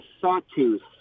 Sawtooth